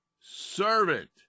servant